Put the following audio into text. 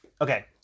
Okay